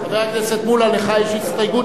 חבר הכנסת מולה, לך יש הסתייגות